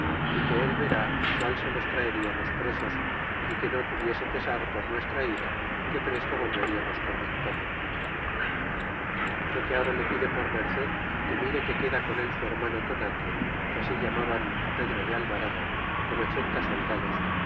é que él verá qual se los traeriamos presos é que no tuviese pesar por nuestra ida que presto volveriamos con victoria e lo que ahora le pide por merced que mire que queda con el su hermano tonatio que así llamaban pedro de alvarado con ochenta soldados